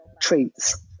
treats